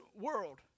world